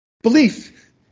Belief